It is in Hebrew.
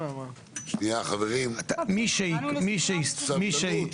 חברים סבלנות,